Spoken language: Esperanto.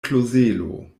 klozelo